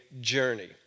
journey